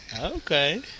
Okay